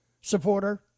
supporter